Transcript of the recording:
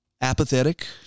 apathetic